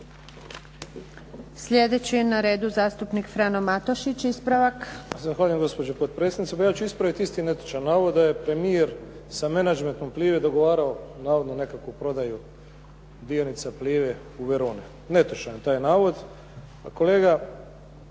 Slijedeći je na redu zastupnik Frano Matušić. **Matušić, Frano (HDZ)** Zahvaljujem gospođo potpredsjednice. Pa ja ću ispraviti isti netočni navoda da je premijer sa menadžmentom Plive dogovarao navodno nekakvu prodaju dionica Plive u Veroni. Netočan je taj navod. Pa kolega